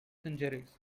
injuries